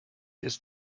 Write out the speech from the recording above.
ist